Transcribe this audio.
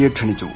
യെ ക്ഷണിച്ചു